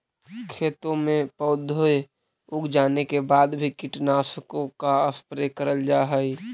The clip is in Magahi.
खेतों में पौधे उग जाने के बाद भी कीटनाशकों का स्प्रे करल जा हई